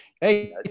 hey